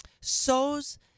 sows